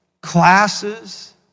classes